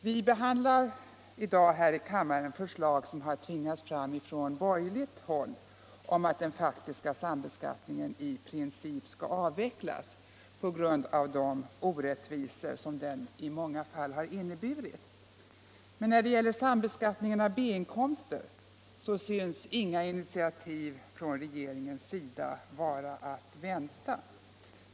Vi behandlar i dag här i kammaren förslag som tvingats fram från borgerligt håll om att den faktiska sambeskattningen i princip skall avvecklas på grund av de orättvisor den i många fall inneburit. Men när det gäller sambeskattningen av B-inkomster synes inga initiativ från regeringens sida vara att vänta.